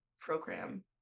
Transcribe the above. program